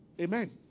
Amen